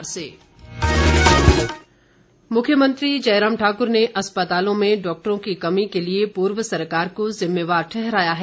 मुख्यमंत्री मुख्यमंत्री जयराम ठाकुर ने अस्पतालों में डॉक्टरों की कमी के लिए पूर्व सरकार को जिम्मेवार ठहराया है